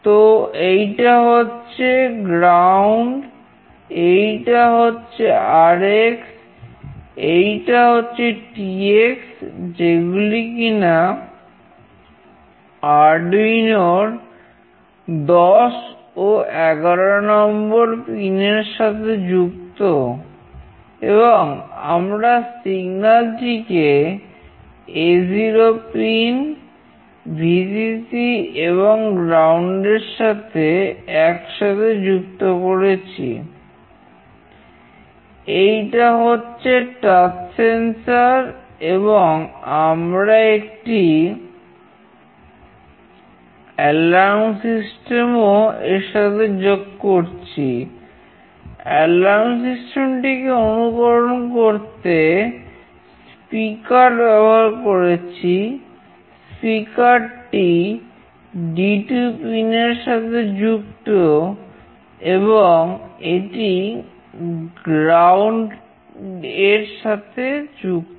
তো এইটা হচ্ছে গ্রাউন্ড টি D2 পিনের সাথে যুক্ত এবং এটি গ্রাউন্ড এর সাথে যুক্ত